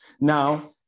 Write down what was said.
Now